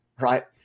right